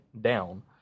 down